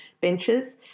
benches